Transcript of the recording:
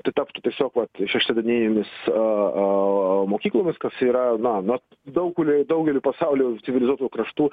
tai taptų tiesiog vat šeštadieninėmis a a mokyklomis kas yra na na daug kur daugelį pasaulio civilizuotų kraštų